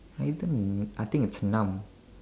I think it's numb